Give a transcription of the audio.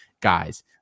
Guys